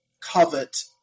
covet